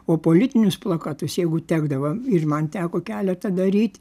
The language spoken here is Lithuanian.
o politinius plakatus jeigu tekdavo ir man teko keletą daryt